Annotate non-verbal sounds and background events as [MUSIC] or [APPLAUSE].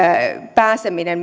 pääsemistä [UNINTELLIGIBLE]